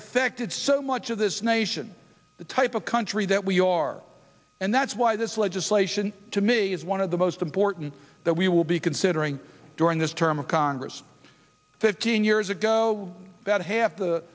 affected so much of this nation the type of country that we are and that's why this legislation to me is one of the most important that we will be considering during this term of congress fifteen years ago that half the